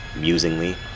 musingly